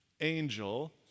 angel